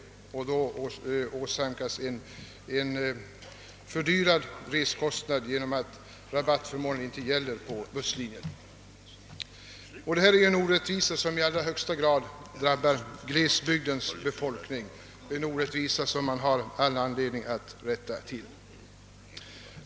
Han åsamkas en fördyrad resekostnad genom att rabattförmånerna inte gäller på busslinjen. Det är en orättvisa som i allra högsta grad drabbar glesbygdens befolkning. Det är en orättvisa som man har all anledning att rätta till.